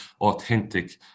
authentic